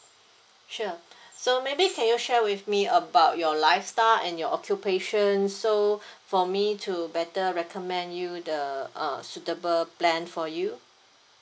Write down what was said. sure so maybe can you share with me about your lifestyle and your occupation so for me to better recommend you the uh suitable plan for you